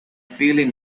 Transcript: feeling